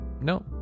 No